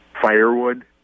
firewood